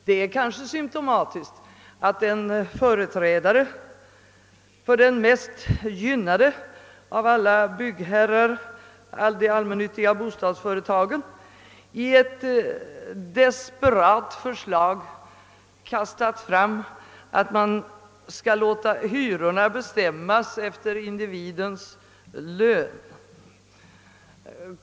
Det är kanske symtomatiskt att en företrädare för den mest gynnade av alla byggherrar, de allmännyttiga bostadsföretagen, i ett desperat förslag framkastat tanken, att man skall låta hyrorna bestämmas av individens lön.